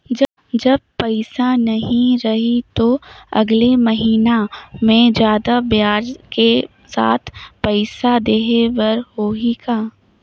जब पइसा नहीं रही तो अगले महीना मे जादा ब्याज के साथ पइसा देहे बर होहि का?